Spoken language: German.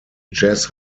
jazz